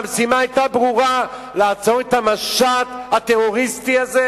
והמשימה היתה ברורה: לעצור את המשט הטרוריסטי הזה.